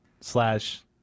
slash